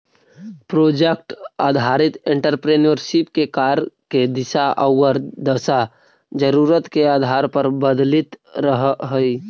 project आधारित entrepreneurship के कार्य के दिशा औउर दशा जरूरत के आधार पर बदलित रहऽ हई